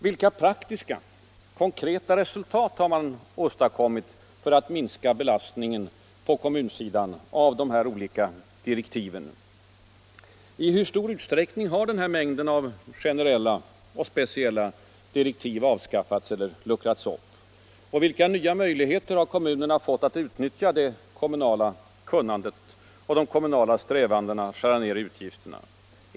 Vilka praktiska konkreta resultat har man åstadkommit för att på kommunsidan minska belastningen av de här direktiven? I hur stor utsträckning har denna mängd av generella och speciella direktiv avskaffats eller luckrats upp? Vilka nya möjligheter har kommunerna fått att utnyttja det kommunala kunnandet och de kommunala strävandena att skära ner utgifterna?